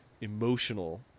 emotional